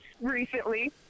recently